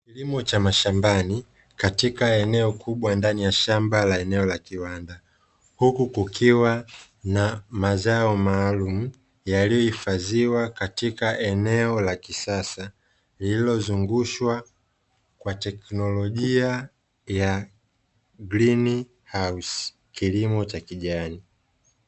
Kilimo cha mashambani katika eneo la shamba kubwa la eneo la kiwanda, huku kukiwa mazao maalumu yaliyohifadhiwa katika eneo la kisasa lililozungukwa kwa teknolojia ya grini hausi kilimo cha kijani.